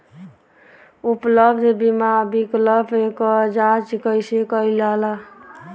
उपलब्ध बीमा विकल्प क जांच कैसे कइल जाला?